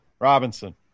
Robinson